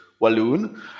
Walloon